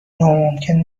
ناممکن